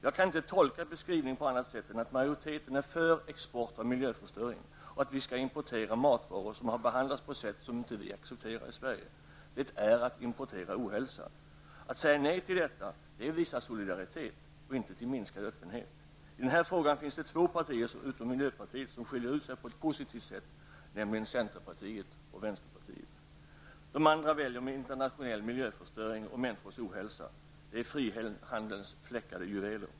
Jag kan inte tolka beskrivningen på annat sätt än att majoriteten är för export av miljöförstöring och att vi skall importera matvaror som har behandlats på sätt som vi inte accepterar i Sverige. Det är att importera ohälsa. Att säga nej till detta är att visa solidaritet och inte att förorda minskad öppenhet. I denna fråga finns det förutom miljöpartiet två partier som skiljer ut sig på ett positivt sätt, nämligen centerpartiet och vänsterpartiet. De andra väljer internationell miljöförstöring och människors ohälsa. Det är frihandelns fläckade juveler.